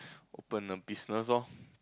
open a business loh